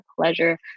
pleasure